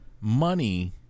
money